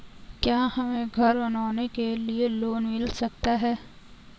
क्या हमें घर बनवाने के लिए लोन मिल सकता है?